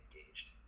engaged